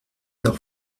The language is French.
leur